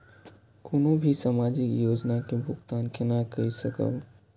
कोनो भी सामाजिक योजना के भुगतान केना कई सकब?